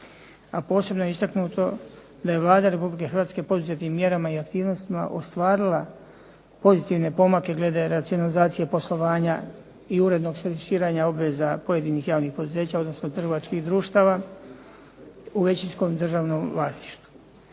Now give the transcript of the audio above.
a posebno je istaknuto da je Vlada Republike Hrvatske poduzetim mjerama i aktivnostima ostvarila pozitivne pomake glede racionalizacije poslovanja i urednog servisiranja obveza pojedinih javnih poduzeća, odnosno trgovačkih društava u većinskom državnom vlasništvu.